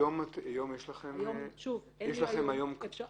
נעבור הלאה.